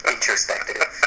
Introspective